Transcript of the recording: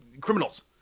criminals